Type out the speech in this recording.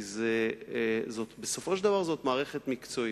כי בסופו של דבר זאת מערכת מקצועית.